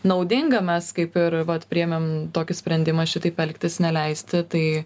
naudinga mes kaip ir vat priėmėm tokį sprendimą šitaip elgtis neleisti tai